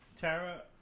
Tara